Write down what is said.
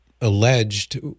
alleged